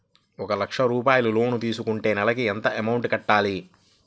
ఒక లక్ష రూపాయిలు లోన్ తీసుకుంటే నెలకి ఎంత అమౌంట్ కట్టాలి?